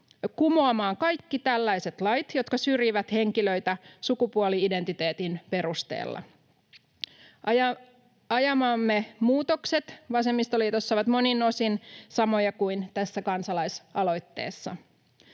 kumoamaan kaikki tällaiset lait, jotka syrjivät henkilöitä sukupuoli-identiteetin perusteella. Ajamamme muutokset vasemmistoliitossa ovat monin osin samoja kuin tässä kansa-laisaloitteessa.